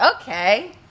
okay